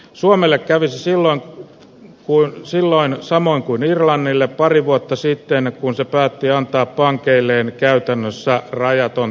suomelle kävi silloin kuin silloin samoin kuin väännellä pari vuotta sitten kun se päätti antaa pankeilleen käytännössä rajaton